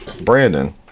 Brandon